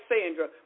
Sandra